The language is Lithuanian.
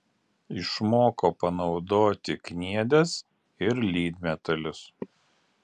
išmoko panaudoti kniedes ir lydmetalius